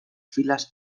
filas